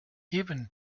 even